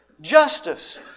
justice